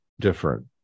different